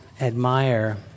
admire